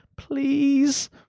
Please